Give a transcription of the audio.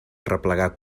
arreplegar